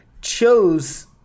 chose